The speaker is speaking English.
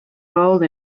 role